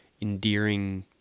endearing